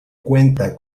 cuenta